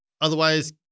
otherwise